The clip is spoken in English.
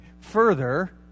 further